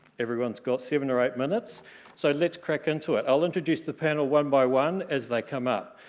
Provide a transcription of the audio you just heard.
everyone's got seven or eight minutes so let's crack into it. i'll introduce the panel one by one as they come out.